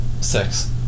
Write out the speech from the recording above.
Six